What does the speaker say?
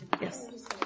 Yes